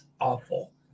awful